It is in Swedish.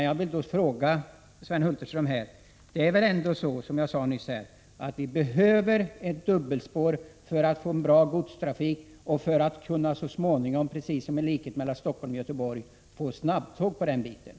Jag vill fråga Sven Hulterström: Det är väl ändå så, som jag nyss sade, att vi behöver ett dubbelspår för att få en bra godstrafik och för att så småningom kunna få snabbtåg på den linjen, precis som mellan Stockholm och Göteborg?